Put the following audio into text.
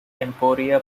emporia